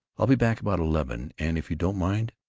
i'll be back about eleven, and if you don't mind,